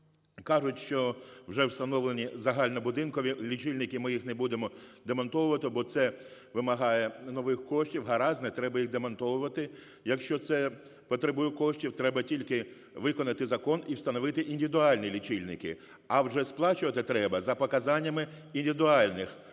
Кажуть, що вже встановлені загальнобудинкові лічильники, ми їх не будемо демонтовувати, бо це вимагає нових коштів. Гаразд, не треба їх демонтовувати, якщо це потребує коштів, треба тільки виконати закон і встановити індивідуальні лічильники. А вже сплачувати треба за показаннями індивідуальних, власних лічильників,